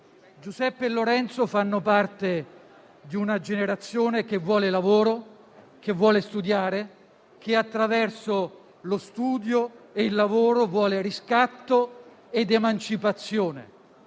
Giuseppe e Lorenzo fanno parte di una generazione che vuole lavoro, che vuole studiare e che, attraverso lo studio e il lavoro, vuole riscatto ed emancipazione.